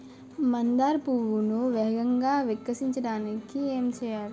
మందార పువ్వును వేగంగా వికసించడానికి ఏం చేయాలి?